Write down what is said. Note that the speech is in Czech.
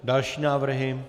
Další návrhy?